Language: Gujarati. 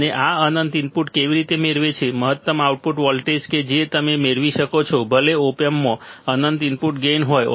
અને આ અનંત ઇનપુટ કેવી રીતે મેળવે છે મહત્તમ આઉટપુટ વોલ્ટેજ કે જે તમે મેળવી શકો છો ભલે ઓપ એમ્પમાં અનંત ઇનપુટ ગેઇન હોય